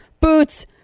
boots